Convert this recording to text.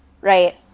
right